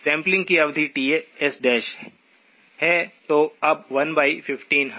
sampling की अवधि Ts है जो अब 11500 है